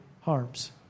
harms